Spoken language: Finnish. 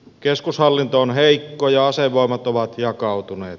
keskushallinto on heikko ja asevoimat ovat jakautuneet